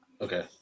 Okay